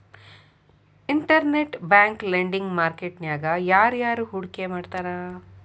Internet bank lending market ನ್ಯಾಗ ಯಾರ್ಯಾರ್ ಹೂಡ್ಕಿ ಮಾಡ್ತಾರ?